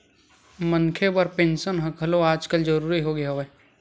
मनखे बर पेंसन ह घलो आजकल जरुरी होगे हवय